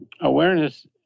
awareness